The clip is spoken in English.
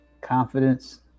confidence